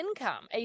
income